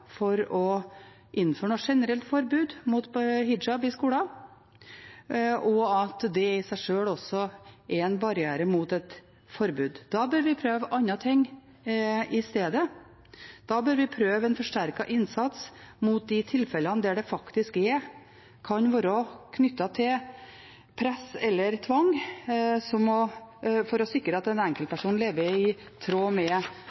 for å innføre et generelt forbud mot hijab i skolen, og at det i seg sjøl er en barriere mot et forbud. Da bør vi prøve andre ting i stedet. Da bør vi prøve en forsterket innsats mot de tilfellene som faktisk kan knyttes til press eller tvang for å sikre at en enkeltperson lever i tråd med